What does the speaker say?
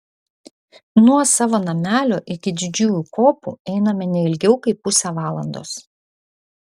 nuo savo namelio iki didžiųjų kopų einame ne ilgiau kaip pusę valandos